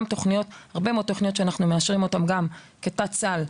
הרבה מאוד תוכניות שאנחנו מאשרים אותן כתת סל,